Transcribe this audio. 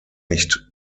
nicht